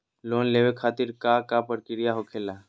Loan लेवे खातिर का का प्रक्रिया होखेला?